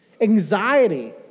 anxiety